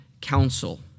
counsel